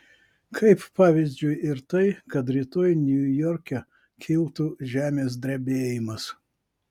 kaip pavyzdžiui ir tai kad rytoj niujorke kiltų žemės drebėjimas